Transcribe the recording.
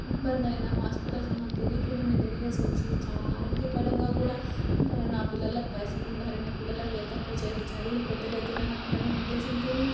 ఇబ్బంది అయినా హాస్పిటల్కి మాకు తెలియకుండానే వెళ్ళేసి వచ్చి చా ఆరోగ్యపరంగా కూడా నా పిల్లలకి పైసలు ఉండాలి నా పిల్లలకి ఏది తక్కువ చేయవద్దు చదువులు పెద్దగా అవుతున్నాయి పిల్లలు ఉద్దేశంతోనే